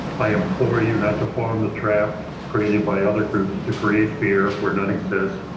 i implore you not to form the trap created by other groups to create fear were not exist,